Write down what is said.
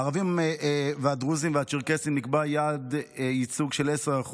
לערבים והדרוזים והצ'רקסים נקבע יעד ייצוג של 10%,